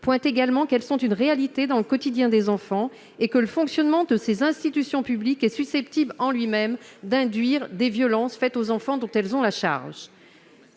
souligne également qu'elles sont une réalité dans le quotidien des enfants et que le fonctionnement de ces institutions publiques est susceptible en lui-même d'induire des violences faites aux enfants dont elles ont la charge.